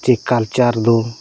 ᱪᱮ ᱠᱟᱞᱪᱟᱨ ᱫᱚ